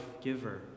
giver